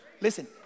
Listen